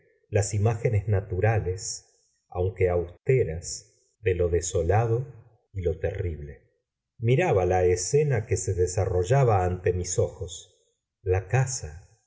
las imágenes naturales aunque austeras de lo desolado y lo terrible miraba la escena que se desarrollaba ante mis ojos la casa